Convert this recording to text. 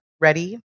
ready